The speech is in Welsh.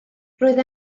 roedd